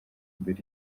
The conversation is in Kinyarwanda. imbere